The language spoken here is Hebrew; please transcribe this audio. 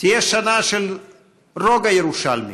תהיה שנה של רוגע ירושלמי.